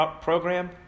program